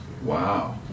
Wow